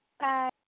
Bye